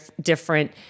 different